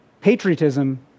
patriotism